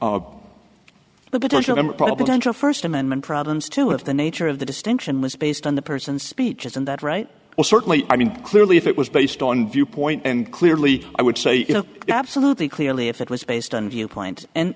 tundra first amendment problems two of the nature of the distinction was based on the person's speech isn't that right well certainly i mean clearly if it was based on viewpoint and clearly i would say you know absolutely clearly if it was based on viewpoint and